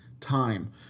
time